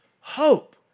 hope